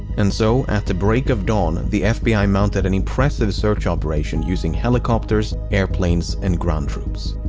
and so, at the break of dawn, the fbi mounted an impressive search operation using helicopters, airplanes, and ground troops.